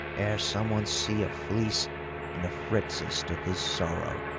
ere someone see a fleece and a phrixus to his sorrow.